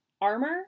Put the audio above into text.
Armor